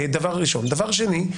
בסופו של דבר,